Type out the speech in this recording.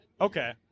Okay